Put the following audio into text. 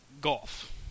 golf